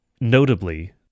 Notably